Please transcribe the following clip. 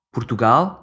Portugal